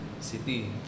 city